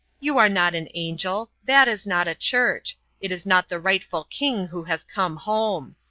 you are not an angel. that is not a church. it is not the rightful king who has come home.